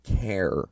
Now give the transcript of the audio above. care